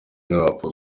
ntiwapfa